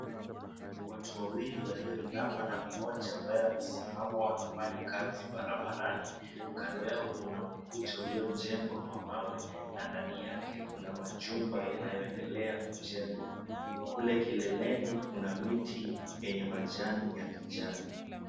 Watu wawili walioinama na mmoja ambaye amesimama wanafanya kazi barabarani. Kando yao kuna ukuta uliojengwa kwa mawe na ndani yake kuna majumba yanayoendelea kujengwa. Kule kileleni kuna miti yenye majani ya kijani.